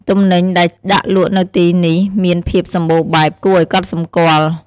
ទំនិញដែលដាក់លក់នៅទីនេះមានភាពសម្បូរបែបគួរឱ្យកត់សម្គាល់។